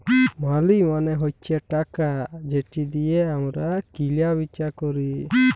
মালি মালে হছে টাকা যেট দিঁয়ে আমরা কিলা বিচা ক্যরি